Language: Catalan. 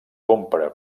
compra